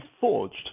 forged